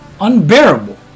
unbearable